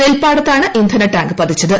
നെൽപ്പാടത്താണ് ഇന്ധന ടാങ്ക് പതിച്ചത്